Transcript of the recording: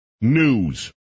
news